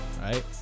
right